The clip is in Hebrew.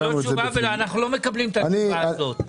היא לא תשובה ואנחנו לא מקבלים את התשובה הזאת.